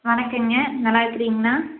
வணக்கங்க நல்லா இருக்கிறீங்களா